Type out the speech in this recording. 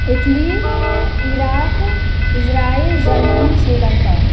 Italy Iraq Israel Germany Sri Lanka